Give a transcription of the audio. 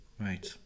Right